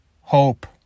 hope